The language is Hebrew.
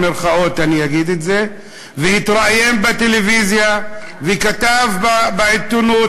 והתראיין בטלוויזיה וכתב בעיתונות,